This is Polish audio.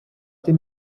tym